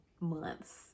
months